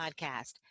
Podcast